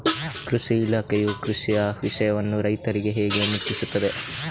ಕೃಷಿ ಇಲಾಖೆಯು ಕೃಷಿಯ ವಿಷಯವನ್ನು ರೈತರಿಗೆ ಹೇಗೆ ಮುಟ್ಟಿಸ್ತದೆ?